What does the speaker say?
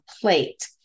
plate